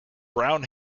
brown